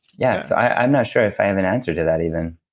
yeah i'm not sure if i have an answer to that even